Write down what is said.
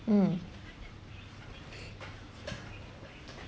mm